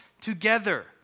together